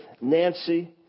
Nancy